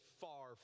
far